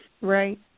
Right